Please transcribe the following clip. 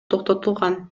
токтотулган